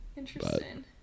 Interesting